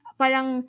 parang